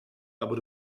aber